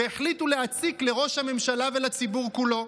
והחליטו להציק לראש הממשלה ולציבור כולו.